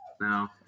No